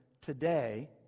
today